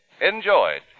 enjoyed